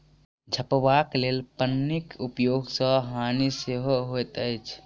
झपबाक लेल पन्नीक उपयोग सॅ हानि सेहो होइत अछि